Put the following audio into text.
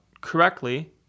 correctly